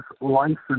licensed